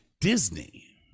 Disney